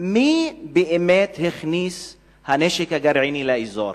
מי באמת הכניס את הנשק הגרעיני לאזור.